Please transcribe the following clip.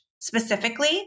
specifically